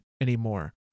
anymore